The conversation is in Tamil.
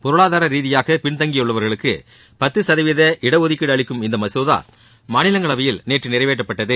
பொருளாதார ரீதியாக பின்தங்கியுள்ளவர்களுக்கு பத்து சதவீத இடஒதுக்கீடு அளிக்கும் இந்த மசோதா மாநிலங்களவையில் நேற்று நிறைவேற்றப்பட்டது